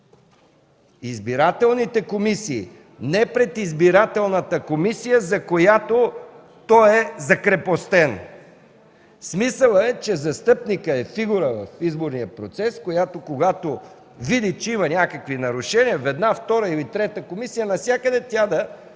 Избирателните комисии! Не пред избирателната комисия, за която той е закрепостен. Смисълът е, че застъпникът е фигура в изборния процес, която, когато види, че има някакви нарушения в една, втора или трета комисия, навсякъде тя да